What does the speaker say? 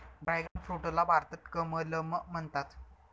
dragon फ्रूटला भारतात कमलम म्हणतात